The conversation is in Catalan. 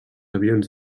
avions